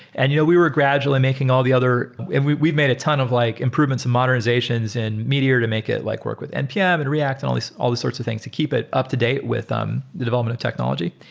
and you know we were gradually making all the other and we've made a ton of like improvements and modernizations in meteor to make it like work with npm and react and all these all these sorts of things to keep it up-to-date with um the development of technology.